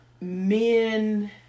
men